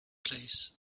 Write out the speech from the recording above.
place